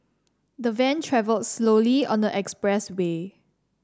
the van travelled slowly on the expressway